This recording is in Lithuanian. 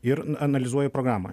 ir analizuoju programą